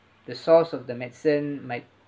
the source of the medicine might